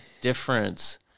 difference